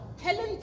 Helen